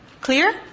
Clear